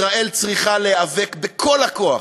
ישראל צריכה להיאבק בכל הכוח,